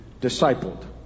discipled